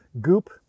goop